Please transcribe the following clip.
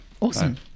Awesome